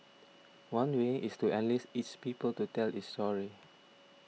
one way is to enlist its people to tell its story